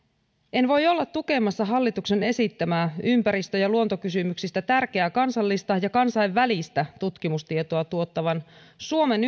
en voi olla tukemassa hallituksen esittämää ympäristö ja luontokysymyksistä tärkeää kansallista ja kansainvälistä tutkimustietoa tuottavan suomen